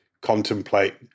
contemplate